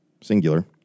singular